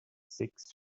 six